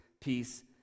peace